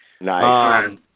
Nice